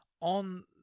on